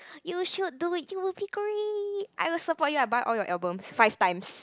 you should do it you will be great I will support you I buy all your albums five times